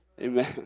amen